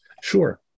Sure